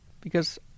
because-